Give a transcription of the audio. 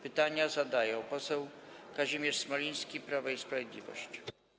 Pytanie zadaje poseł Kazimierz Smoliński, Prawo i Sprawiedliwość.